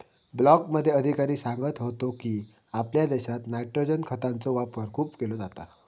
ब्लॉकमध्ये अधिकारी सांगत होतो की, आपल्या देशात नायट्रोजन खतांचो वापर खूप केलो जाता